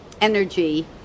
energy